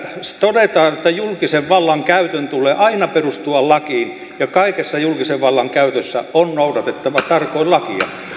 todetaan että julkisen vallan käytön tulee aina perustua lakiin ja kaikessa julkisen vallan käytössä on noudatettava tarkoin lakia